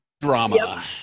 drama